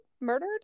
Murdered